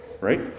right